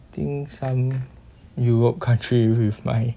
think some europe country with my